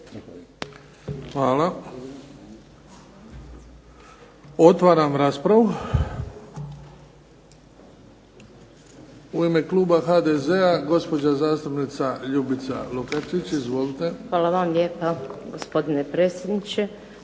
Hvala. Otvaram raspravu. U ime kluba HDZ-a gospođa zastupnica Ljubica Lukačić. Izvolite. **Lukačić, Ljubica (HDZ)** Hvala vam lijepa, gospodine predsjedniče.